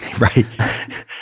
Right